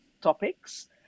topics